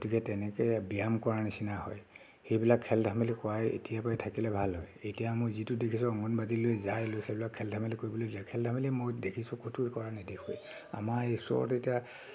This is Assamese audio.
গতিকে তেনেকৈ ব্যায়াম কৰাৰ নিচিনা হয় সেইবিলাক খেল ধেমালিত কৰাই এতিয়াৰ পৰাই থাকিলে ভাল হয় এতিয়া মই যিটো দেখিছোঁ অংগনবাড়ীলৈ যায় ল'ৰা ছোৱালীবিলাক খেল ধেমালি কৰিবলৈ যায় খেল ধেমালি মই দেখিছোঁৱেই ক'তো কৰা নেদেখোঁৱেই আমাৰ এই ওচৰত এতিয়া